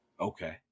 Okay